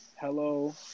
hello